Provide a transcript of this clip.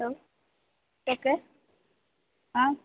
hello केकर हँ